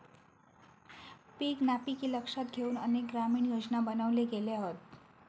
पीक नापिकी लक्षात घेउन अनेक ग्रामीण योजना बनवले गेले हत